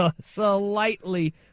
Slightly